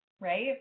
Right